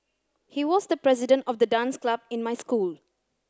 he was the president of the dance club in my school